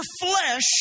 flesh